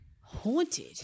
haunted